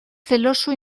celoso